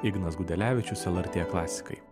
ignas gudelevičius lrt klasikai